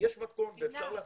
באמת, לא מספיק, צריך יותר,